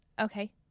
Okay